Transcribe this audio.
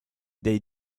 dei